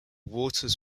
waters